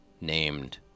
named